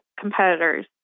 competitors